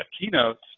keynotes